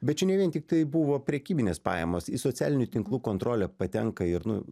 bet čia ne vien tik tai buvo prekybinės pajamos į socialinių tinklų kontrolę patenka ir nu